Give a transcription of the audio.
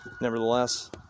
Nevertheless